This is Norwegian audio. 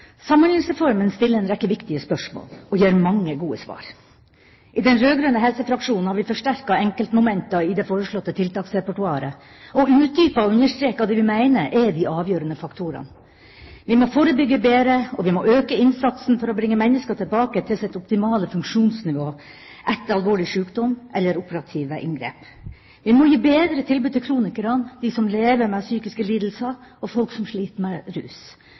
de avgjørende faktorene: Vi må forebygge bedre, og vi må øke innsatsen for å bringe mennesker tilbake til sitt optimale funksjonsnivå etter alvorlig sykdom eller operative inngrep. Vi må gi bedre tilbud til kronikerne, de som lever med psykiske lidelser og folk som sliter med rus.